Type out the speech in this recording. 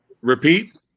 Repeat